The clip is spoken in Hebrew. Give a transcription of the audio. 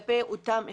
כלפי אותן אוכלוסיות.